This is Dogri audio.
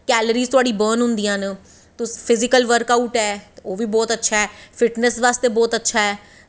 कैलोरी थुआढ़ी बर्न होंदियां न ते फिजीकल वर्क आऊट ऐ ओह्बी बहोत अच्छा ऐ फिटनेस बास्तै बहोत अच्छा ऐ